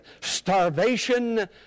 starvation